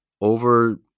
over